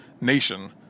nation